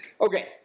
okay